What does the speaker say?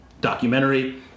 documentary